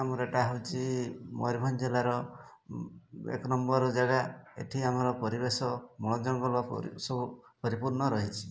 ଆମର ଏଇଟା ହେଉଛି ମୟୂରଭଞ୍ଜ ଜିଲ୍ଲାର ଏକ ନମ୍ବର ଜାଗା ଏଠି ଆମର ପରିବେଶ ବଣ ଜଙ୍ଗଲ ସବୁ ପରିପୂର୍ଣ୍ଣ ରହିଛି